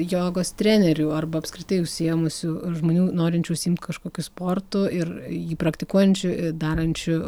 jogos trenerių arba apskritai užsiėmusių žmonių norinčių užsiimt kažkokiu sportu ir jį praktikuojančių darančių